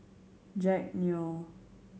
Jack Neo